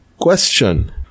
question